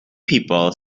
people